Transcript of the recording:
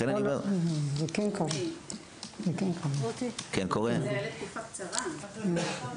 זה היה לתקופה קצרה.